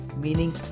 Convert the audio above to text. meaning